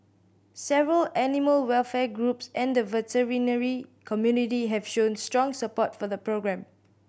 several animal welfare groups and the veterinary community have shown strong support for the programme